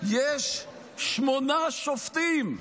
יש שמונה שופטים,